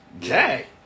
Jack